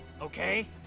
okay